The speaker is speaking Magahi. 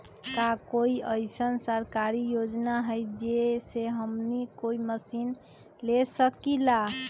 का कोई अइसन सरकारी योजना है जै से हमनी कोई मशीन ले सकीं ला?